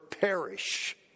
perish